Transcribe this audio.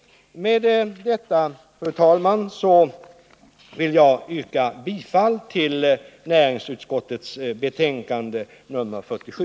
Med detta, herr talman, vill jag yrka bifall till näringsutskottets hemställan i betänkande nr 47.